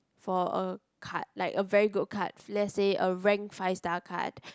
for a card like a very good card let's say a rank five star card